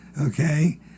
okay